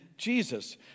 Jesus